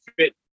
fit